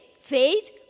faith